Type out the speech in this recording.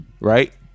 right